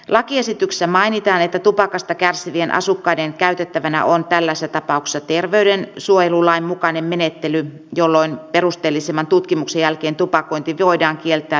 lakiesityksessä mainitaan että tupakasta kärsivien asukkaiden käytettävänä on tällaisessa tapauksessa terveydensuojelulain mukainen menettely jolloin perusteellisemman tutkimuksen jälkeen tupakointi voidaan kieltää viranomaispäätöksellä